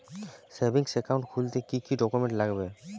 Savings account খুলতে কি কি ডকুমেন্টস লাগবে?